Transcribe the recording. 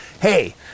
Hey